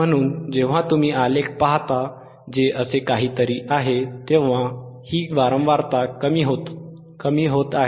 म्हणून जेव्हा तुम्ही आलेख पाहता जे असे काहीतरी आहे तेव्हा ही वारंवारता कमी होत आहे